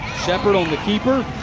sheppard on the keeper.